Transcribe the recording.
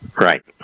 Right